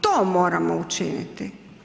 To moramo učiniti.